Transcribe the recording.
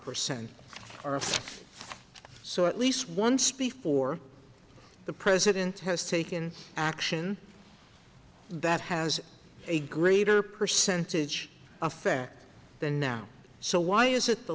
percent or so at least once before the president has taken action that has a greater percentage affect the now so why is it the